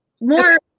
more